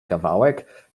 kawałek